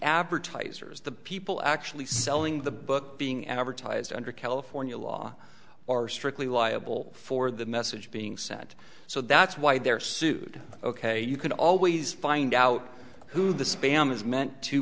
advertisers the people actually selling the book being advertised under california law are strictly liable for the message being sent so that's why they're sued ok you can always find out who the spam is meant to